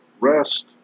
Rest